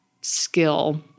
skill